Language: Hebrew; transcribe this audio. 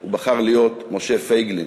הוא בחר להיות משה פייגלין.